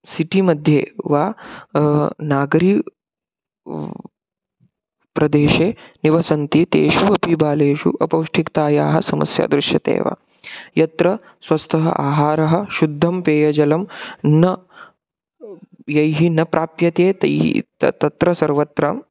city मध्ये वा नागरीके वा प्रदेशे निवसन्ति तेषु अपि बालेषु अपौष्टिकतायाः समस्या दृश्यते एव यत्र स्वस्थः आहारः शुद्धं पेयजलं न यैः न प्राप्यते तैः त तत्र सर्वत्र